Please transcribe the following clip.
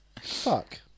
Fuck